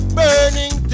burning